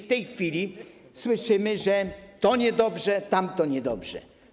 W tej chwili słyszymy, że to niedobrze, tamto niedobrze.